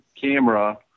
camera